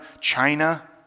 China